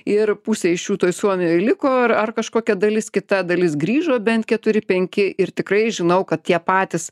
ir pusė iš jų toj suomijoj liko ir ar kažkokia dalis kita dalis grįžo bent keturi penki ir tikrai žinau kad tie patys